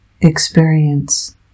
experience